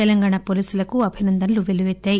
తెలంగాణ పోలీసులకు అభినందనలు పెల్లుపెత్తాయి